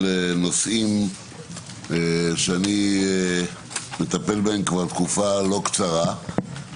נושאים שאני מטפל בהם כבר תקופה לא קצרה.